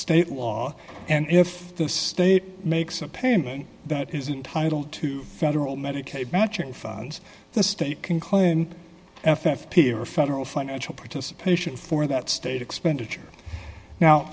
state law and if the state makes a payment that is in title to federal medicaid matching funds the state can claim f f p or federal financial participation for that state expenditure now